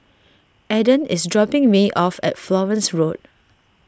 Adan is dropping me off at Florence Road